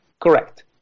Correct